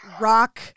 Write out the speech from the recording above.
rock